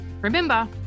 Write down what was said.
Remember